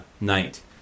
night